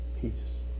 peace